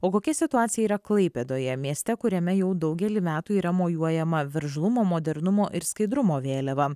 o kokia situacija yra klaipėdoje mieste kuriame jau daugelį metų yra mojuojama veržlumo modernumo ir skaidrumo vėliava